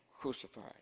crucified